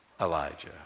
Elijah